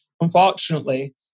unfortunately